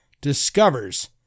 discovers